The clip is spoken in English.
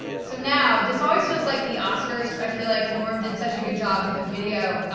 so now, this always feels like the oscars. i feel like norm did such a good job with the video.